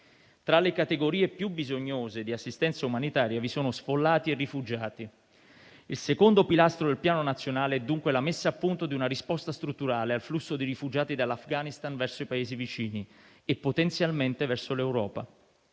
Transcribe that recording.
Tra le categorie più bisognose di assistenza umanitaria vi sono sfollati e rifugiati. Il secondo pilastro del piano nazionale è, dunque, la messa a punto di una risposta strutturale al flusso di rifugiati dall'Afghanistan verso i Paesi vicini e potenzialmente verso l'Europa.